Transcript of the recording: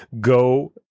go